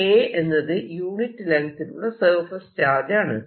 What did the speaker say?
K എന്നത് unit ലെങ്ങ്തിലുള്ള surface charge ആണ്